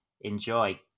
enjoy